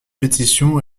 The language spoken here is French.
pétition